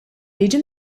jiġi